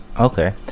okay